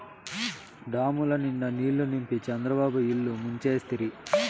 డాముల నిండా నీళ్ళు నింపి చంద్రబాబు ఇల్లు ముంచేస్తిరి